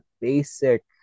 basic